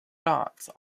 dots